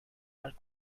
but